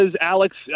Alex